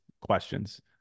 questions